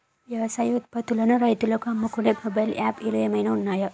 వ్యవసాయ ఉత్పత్తులను రైతులు అమ్ముకునే మొబైల్ యాప్ లు ఏమైనా ఉన్నాయా?